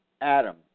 Adam